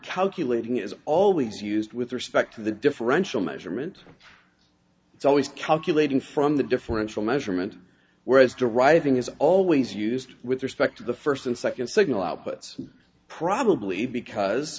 calculating is always used with respect to the differential measurement it's always calculated from the differential measurement whereas deriving is always used with respect to the first and second signal outputs probably